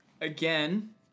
again